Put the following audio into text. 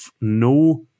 no